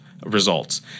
Results